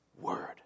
word